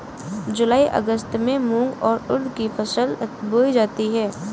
जूलाई अगस्त में मूंग और उर्द की फसल बोई जाती है